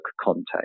context